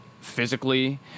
physically